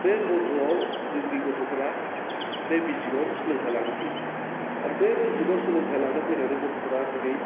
बे बन्दआव जोंनि गथ'फोरा बे मिउजिकआव सोलोंथाइ लानो फैयो आरो बे मिउजिकआव सोलोंथाइ लानो फैनानै गथ'फ्रा दिनै